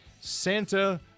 Santa